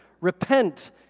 Repent